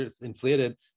inflated